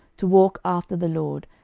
to walk after the lord,